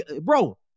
Bro